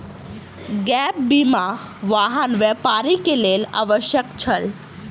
gap बीमा, वाहन व्यापारी के लेल आवश्यक छल